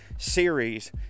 series